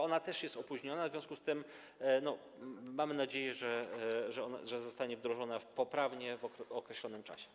Ona też jest opóźniona, w związku z tym mamy nadzieję, że zostanie wdrożona poprawnie w określonym czasie.